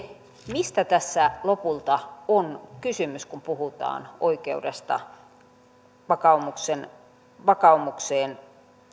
mistä tässä lopulta on kysymys kun puhutaan oikeudesta vakaumukseen